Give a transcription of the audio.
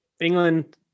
England